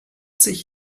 sich